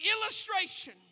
illustration